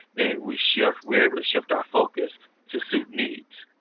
then we shift, we're able to shift our focus to suit needs.